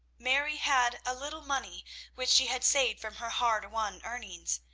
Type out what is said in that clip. mary had a little money which she had saved from her hard-won earnings.